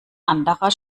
anderer